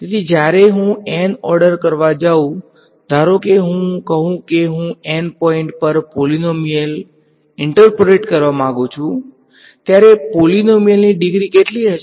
તેથી જ્યારે હું N ઓર્ડર કરવા જાઉં ધારો કે હું કહું કે હું N પોઈન્ટ પર પોલીનોમીયલ ઈંટર્પોલેટ કરવા માંગુ છું ત્યારે પોલીનોમીયલની ડિગ્રી કેટલી હશે